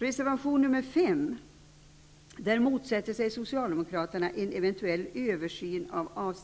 I reservation nr 5 motsätter sig Socialdemokraterna en eventuell översyn av